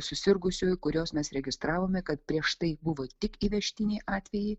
susirgusiųjų kuriuos mes registravome kad prieš tai buvo tik įvežtiniai atvejai